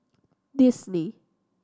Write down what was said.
Disney